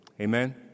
amen